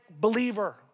believer